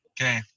Okay